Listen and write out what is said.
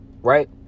right